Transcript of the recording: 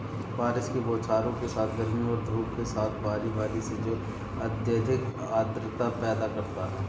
बारिश की बौछारों के साथ गर्मी और धूप के साथ बारी बारी से जो अत्यधिक आर्द्रता पैदा करता है